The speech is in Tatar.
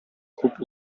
күп